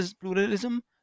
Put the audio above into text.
pluralism